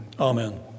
amen